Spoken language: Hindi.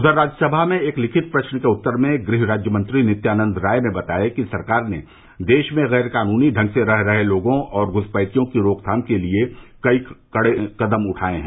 उधर राज्यसभा में एक लिखित प्रश्न के उत्तर में गृह राज्य मंत्री नित्यानंद राय ने बताया कि सरकार ने देश में गैर कानूनी ढंग से रह रहे लोगों और घुसपैठियों की रोकथाम के लिए कई कदम उठाये हैं